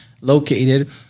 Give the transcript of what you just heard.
located